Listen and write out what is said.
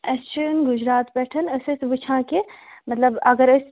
اَسہِ چھُ یُن گُجرات پیٚٹھٕ أسۍ ٲسۍ وُچھان کہِ مَطلَب اگر أسۍ